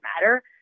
matter